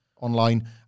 online